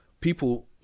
people